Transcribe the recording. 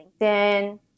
LinkedIn